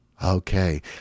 Okay